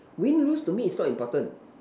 win lose to me is not important